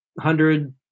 hundred